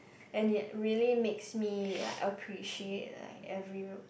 and it really makes me like appreciate like every